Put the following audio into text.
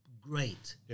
great